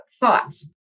thoughts